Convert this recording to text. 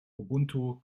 ubuntu